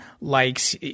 likes